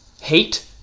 hate